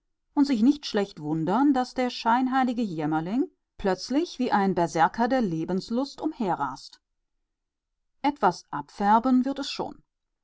und sich nicht schlecht wundern daß der scheinheilige jämmerling plötzlich wie ein berserker der lebenslust umherrast etwas abfärben wird es schon